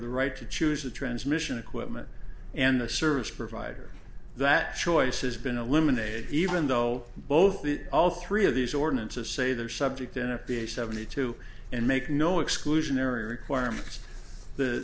the right to choose the transmission equipment and the service provider that choice has been eliminated even though both all three of these ordinances say they're subject and be a seventy two and make no exclusionary requirements th